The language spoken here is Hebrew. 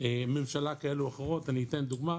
ממשלה כאלה או אחרות ואני אתן דוגמה,